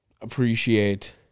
appreciate